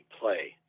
play